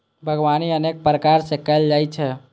बागवानी अनेक प्रकार सं कैल जाइ छै